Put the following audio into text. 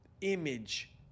image